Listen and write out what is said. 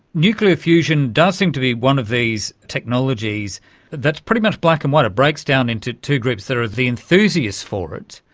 nuclear fusion does seem to be one of these technologies that's pretty much black and white, it breaks down into two groups, there are the enthusiasts for it,